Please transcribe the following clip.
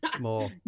more